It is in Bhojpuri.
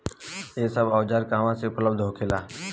यह सब औजार कहवा से उपलब्ध होखेला?